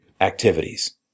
activities